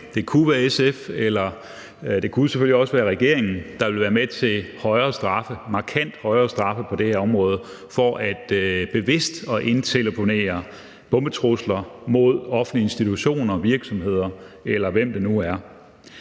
også være regeringen, der ville være med til at indføre markant højere straffe på det her område for bevidst at indtelefonere bombetrusler mod offentlige institutioner, virksomheder, eller hvem det nu er.